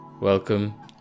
Welcome